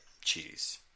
Cheese